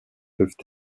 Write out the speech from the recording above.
peuvent